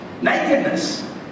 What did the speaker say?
Nakedness